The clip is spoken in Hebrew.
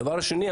דבר שני,